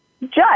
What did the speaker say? judge